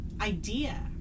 idea